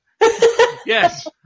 Yes